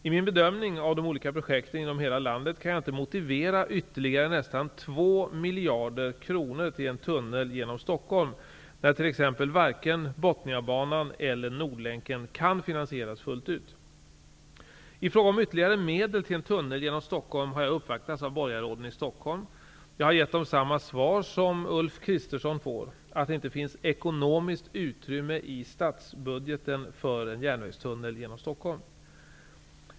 I min bedömning av de olika projekten inom hela landet kan jag inte motivera ytterligare nästan två miljarder kronor till en tunnel genom Stockholm när t.ex. varken Botniabanan eller Nordlänken kan finansieras fullt ut. Stockholm har jag uppvaktats av borgarråden i Stockholm. Jag har givit dem samma svar som Ulf Kristersson får, nämligen att det inte finns ekonomiskt utrymme i statsbudgeten för en järnvägstunnel genom Stockholm.